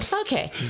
Okay